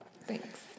Thanks